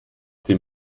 dem